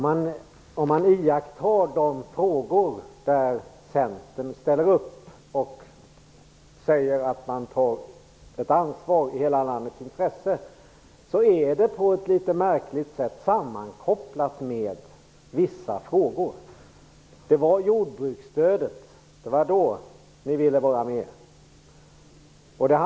Herr talman! När Centern ställer upp och säger sig ta ansvar i hela landets intresse är det på ett märkligt sätt sammankopplat med vissa frågor. Det var i fråga om jordbruksstödet ni ville vara med.